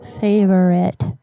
Favorite